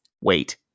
Wait